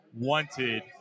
wanted